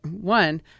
one